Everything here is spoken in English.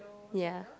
ya